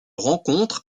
rencontre